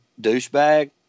douchebag